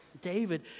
David